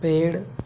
पेड़